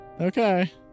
Okay